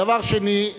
דבר שני,